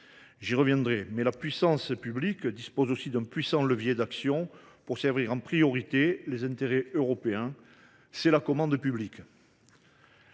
j’y reviendrai. La puissance publique dispose aussi d’un puissant levier d’action pour servir en priorité les intérêts européens : la commande publique.